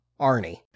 Arnie